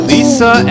Lisa